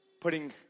putting